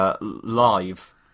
live